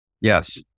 Yes